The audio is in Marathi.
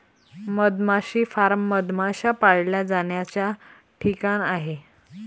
मधमाशी फार्म मधमाश्या पाळल्या जाण्याचा ठिकाण आहे